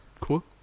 Cool